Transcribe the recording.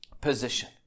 position